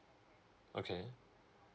okay